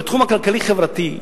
בתחום הכלכלי-החברתי,